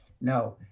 no